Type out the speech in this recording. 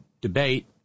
debate